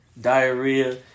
diarrhea